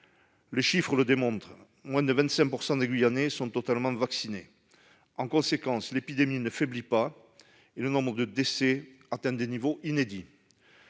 Les chiffres le démontrent : moins de 25 % des Guyanais sont totalement vaccinés. En conséquence, l'épidémie ne faiblit pas, et le nombre de décès atteint des niveaux inédits.